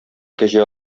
кәҗә